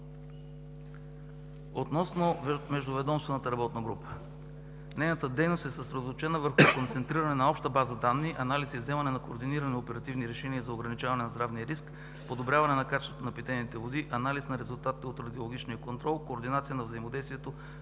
Относно междуведомствената работна група – нейната дейност е съсредоточена върху концентриране на обща база данни, анализ и вземане на координирани оперативни решения за ограничаване на здравния риск, подобряване на качеството на питейните води, анализ на резултатите от радиологичния контрол, координация на взаимодействието